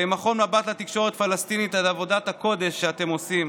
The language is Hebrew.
למכון מבט לתקשורת הפלסטינית על עבודת הקודש שאתם עושים,